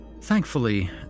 Thankfully